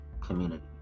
community